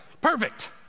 Perfect